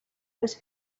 les